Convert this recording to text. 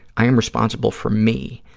i am responsible for me,